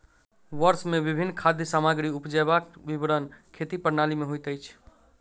वर्ष मे विभिन्न खाद्य सामग्री उपजेबाक विवरण खेती प्रणाली में होइत अछि